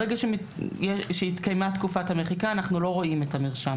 ברגע שהתקיימה תקופת המחיקה אנחנו לא רואים את המרשם.